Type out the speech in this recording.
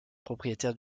propriétaire